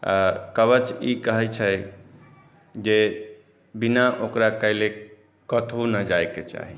आ कवच ई कहै छै जे बिना ओकरा कएले कतहु नहि जाय के चाही